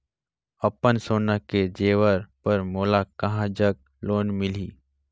अपन सोना के जेवर पर मोला कहां जग लोन मिलही?